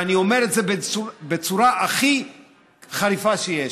ואני אומר את זה בצורה הכי חריפה שיש,